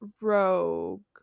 rogue